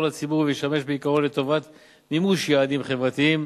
לציבור וישמש בעיקרו לטובת מימוש יעדים חברתיים.